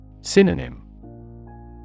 Synonym